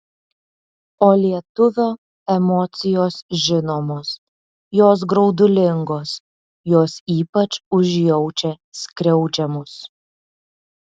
o lietuvio emocijos žinomos jos graudulingos jos ypač užjaučia skriaudžiamus